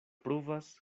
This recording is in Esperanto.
pruvas